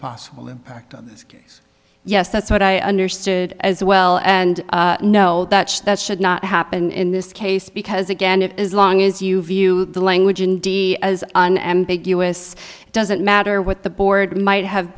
possible impact on this case yes that's what i understood as well and no that's that should not happen in this case because again it as long as you view the language in d as an ambiguous it doesn't matter what the board might have